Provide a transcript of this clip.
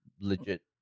legit